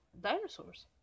dinosaurs